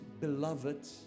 beloved